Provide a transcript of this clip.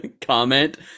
comment